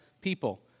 people